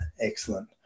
Excellent